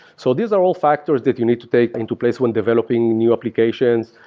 so these are all factors that you need to take into place when developing new applications.